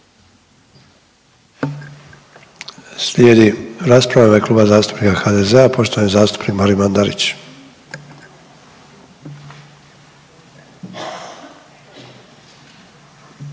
Slijedi rasprava u ime Kluba zastupnika HDZ-a, poštovani zastupnik Marin Mandarić.